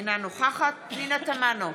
אינה נוכחת פנינה תמנו,